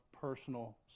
personal